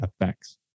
effects